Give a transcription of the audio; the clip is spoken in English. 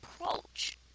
approach